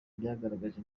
byagaragaje